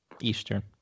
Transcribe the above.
Eastern